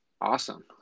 Awesome